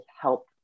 help